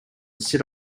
sit